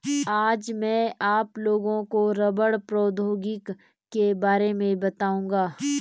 आज मैं आप लोगों को रबड़ प्रौद्योगिकी के बारे में बताउंगा